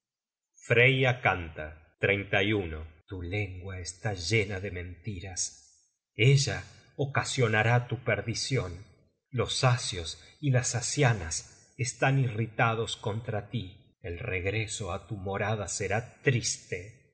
freya canta tu lengua está llena de mentiras ella ocasionará tu perdicion los asios y las asianas están irritados contra tí el regreso á tu morada será triste